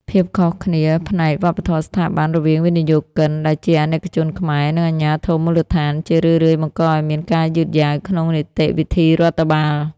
ភាពខុសគ្នាផ្នែក "វប្បធម៌ស្ថាប័ន" រវាងវិនិយោគិនដែលជាអាណិកជនខ្មែរ និងអាជ្ញាធរមូលដ្ឋាន ជារឿយៗបង្កឱ្យមានការយឺតយ៉ាវក្នុងនីតិវិធីរដ្ឋបាល។